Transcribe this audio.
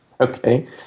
Okay